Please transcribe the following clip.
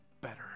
better